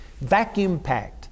vacuum-packed